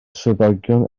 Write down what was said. swyddogion